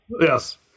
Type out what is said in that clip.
Yes